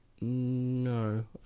No